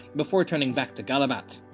before turning back to gallabat.